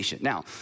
Now